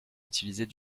utilisait